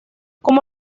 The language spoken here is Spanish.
como